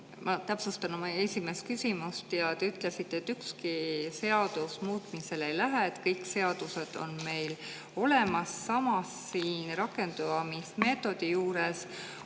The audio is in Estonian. Ma täpsustan oma esimest küsimust. Te ütlesite, et ükski seadus muutmisele ei lähe, kõik seadused on meil olemas. Samas, siin rakendamismeetodi juures on